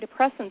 antidepressants